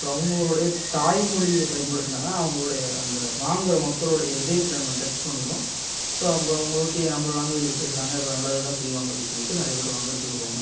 so அவங்கவுங்களோடைய தாய்மொழியை பயன்படுத்துனா தான் அவங்களுடைய அந்த வாங்கற மக்களுடைய இதயத்தில் நம்ம டச் பண்ணிரும் ஸோ நம்ப அவங்க ஓகே நம்ப லாங்குவேஜில் பேசுறாங்க அப்போ நல்லது தான் செய்வாங்க அப்படி சொல்லிவிட்டு நிறைய பேர் வாங்கறத்துக்கு வருவாங்க